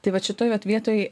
tai vat šitoj vat vietoj